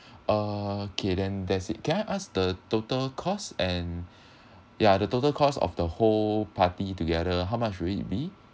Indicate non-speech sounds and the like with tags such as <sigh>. okay then that's can I ask the total cost and <breath> yeah the total cost of the whole party together how much will it be